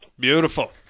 Beautiful